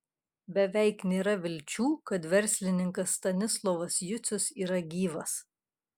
beveik nėra vilčių kad verslininkas stanislovas jucius yra gyvas